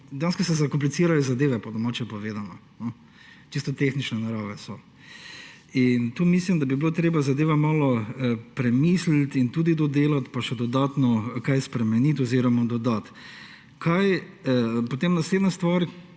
dejansko se zakomplicirajo zadeve, po domače povedano, čisto tehnične narave so. Tu mislim, da bilo treba zadeve malo premisliti in tudi dodelati in še dodatno kaj spremeniti oziroma dodati. Potem naslednja stvar,